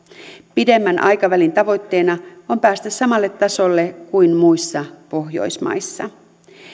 pidemmän aikavälin tavoitteena on päästä samalle tasolle kuin muissa pohjoismaissa